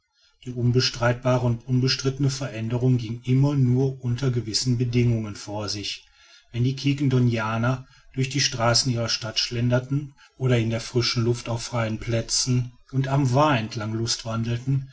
die unbestreitbare und unbestrittene veränderung ging immer nur unter gewissen bedingungen vor sich wenn die quiquendonianer durch die straßen ihrer stadt schlenderten oder in frischer luft auf freien plätzen und am vaar entlang